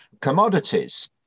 commodities